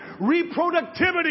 reproductivity